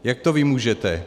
Jak to vymůžete?